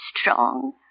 strong